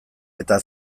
eta